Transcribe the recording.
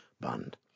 band